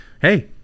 hey